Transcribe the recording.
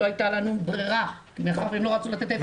לא הייתה לנו ברירה מאחר והם לא רצו לתת.